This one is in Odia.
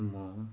ମୁଁ